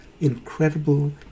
incredible